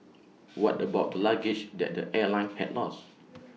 what about the luggage that the airline had lost